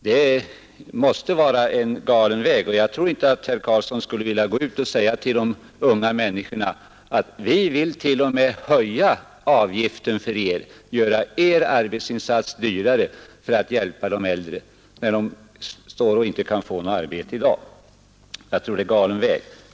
Det måste vara en galen väg, och jag tror inte att herr Carlsson skulle vilja gå ut och säga till de unga människorna att vi t.o.m. vill höja avgiften för dem, göra deras arbetsinsats dyrare, för att hjälpa de äldre, när dessa unga människor inte kan få något arbete i dag.